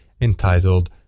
entitled